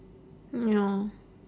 no